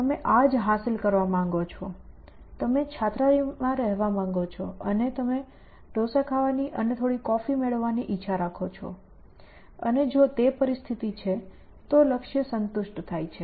તમે આ જ હાંસલ કરવા માંગો છો તમે છાત્રાલયમાં રહેવા માંગો છો અને તમે ડોસા ખાવાની અને થોડી કોફી મેળવવાની ઇચ્છા રાખો છો અને જો તે પરિસ્થિતિ છે તો લક્ષ્ય સંતુષ્ટ થાય છે